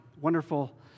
wonderful